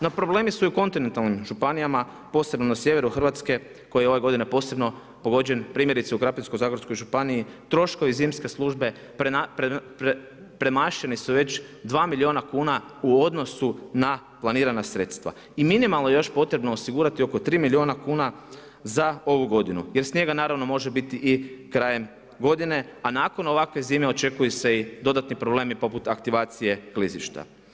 No, problemi su i u kontinentalnim županijama, posebno na sjeveru Hrvatske, koji je ove godine posebno pogođen, primjerice u Krapinskog zagorskoj županiji, troškovi zimske službe premašili su već 2 milijuna kuna, u odnosu na planirana sredstva i minimalno je još potrebno osigurati oko 3 milijuna kuna za ovu godinu, jer snijega naravno može biti i krajem godine, a nakon ovakve zime, očekuju se i dodatni problemi poput aktivacije klizišta.